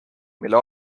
mille